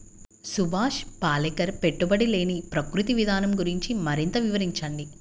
సుభాష్ పాలేకర్ పెట్టుబడి లేని ప్రకృతి విధానం గురించి మరింత వివరించండి